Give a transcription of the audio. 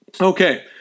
Okay